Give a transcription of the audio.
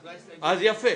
נתחיל.